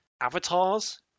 avatars